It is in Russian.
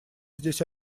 здесь